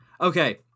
Okay